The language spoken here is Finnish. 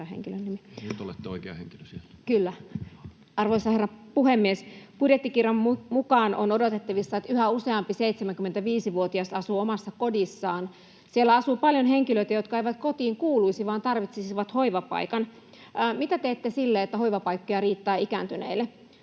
Arvoisa herra puhemies! Budjettikirjan mukaan on odotettavissa, että yhä useampi 75-vuotias asuu omassa kodissaan. Siellä asuu paljon henkilöitä, jotka eivät kotiin kuuluisi, vaan tarvitsisivat hoivapaikan. Mitä teette sille, että hoivapaikkoja riittää ikääntyneille?